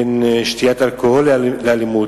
בין שתיית אלכוהול לאלימות,